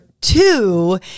two